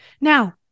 Now